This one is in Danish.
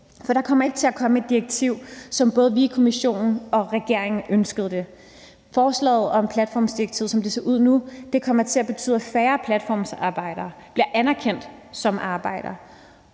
der kommer ikke et direktiv, som både vi, Kommissionen og regeringen ønskede det. Forslaget om platformsdirektivet, som det ser ud nu, kommer til at betyde, at færre platformsarbejdere bliver anerkendt som arbejdere.